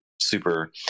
super